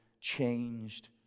changed